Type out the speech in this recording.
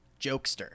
jokester